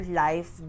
life